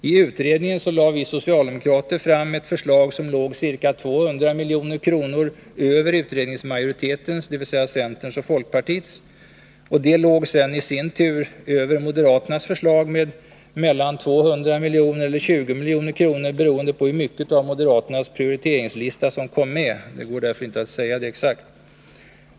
IT utredningen lade vi socialdemokrater fram ett förslag som låg ca 200 milj.kr. över utredningsmajoritetens, dvs. centerns och folkpartiets. Detta låg i sin tur över moderaternas förslag med mellan 200 milj.kr. resp. 20 milj.kr., beroende på hur mycket av moderaternas prioriteringslista som kom med. Det går därför inte att säga exakt.